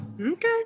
Okay